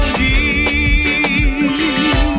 deep